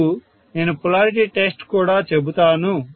మీకు నేను polarity test కూడా చెబుతాను